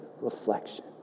reflection